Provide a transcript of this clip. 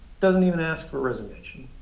doesn't even ask for resignation.